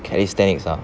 calisthenics ah